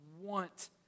want